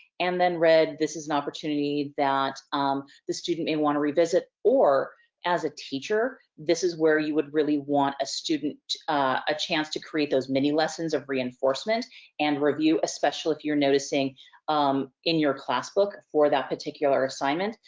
and then red this is an opportunity that the student may wanna revisit or as a teacher, this is where you would really want a student, a chance to create those mini-lessons of reinforcement and review especially if you're noticing um in your class book for that particular assignment,